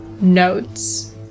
notes